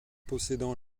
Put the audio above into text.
possédant